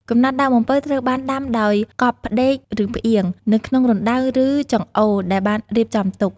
កំណាត់ដើមអំពៅត្រូវបានដាំដោយ កប់ផ្ដេក ឬ ផ្អៀង នៅក្នុងរណ្តៅឬចង្អូរដែលបានរៀបចំទុក។